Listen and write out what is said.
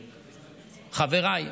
חבריי,